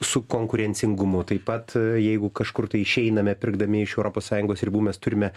su konkurencingumu taip pat jeigu kažkur tai išeiname pirkdami iš europos sąjungos ribų mes turime